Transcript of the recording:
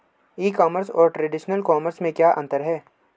E commerce और traditional commerce में क्या अंतर है?